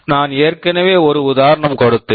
நான் ஏற்கனவே ஒரு உதாரணம் கொடுத்தேன்